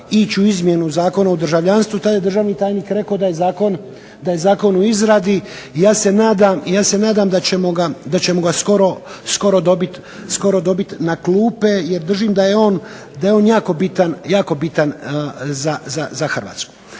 u izmjenu Zakona o državljanstvu. Tad je državni tajnik rekao da je zakon u izradi. Ja se nadam da ćemo ga skoro dobiti na klupe, jer držim da je on jako bitan za Hrvatsku.